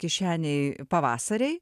kišenėj pavasariai